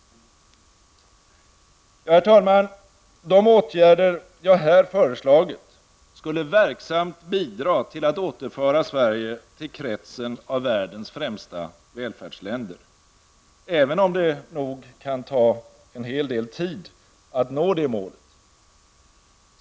Herr talman! De åtgärder jag här föreslagit skulle verksamt bidra till att återföra Sverige till kretsen av världens främsta välfärdsländer, även om det nog kan ta en hel del tid att nå det målet.